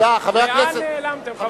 לאן נעלמתם?